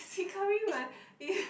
she coming my